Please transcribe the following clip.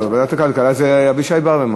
ועדת הכלכלה זה אבישי ברוורמן.